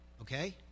Okay